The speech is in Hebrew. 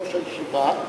שיושב-ראש הישיבה,